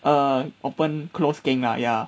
uh open close keng lah ya